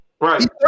Right